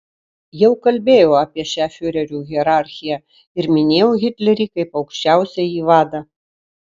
jau kalbėjau apie šią fiurerių hierarchiją ir minėjau hitlerį kaip aukščiausiąjį vadą